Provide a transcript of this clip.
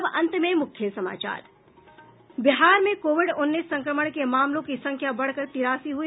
और अब अंत में मुख्य समाचार बिहार में कोविड उन्नीस संक्रमण के मामलों की संख्या बढ़कर तिरासी हुई